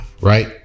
right